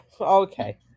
Okay